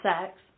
sex